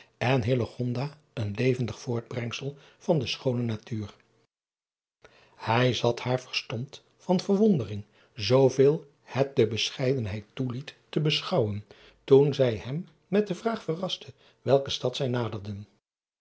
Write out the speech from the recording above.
en een levendig voortbrengsel van de schoone natuur ij zat haar verstomd van verwondering zooveel het de bescheidenheid toe driaan oosjes zn et leven van illegonda uisman liet te beschouwen toen zij hem met de vraag verraste welke stad zij naderden